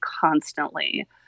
constantly